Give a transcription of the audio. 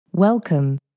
Welcome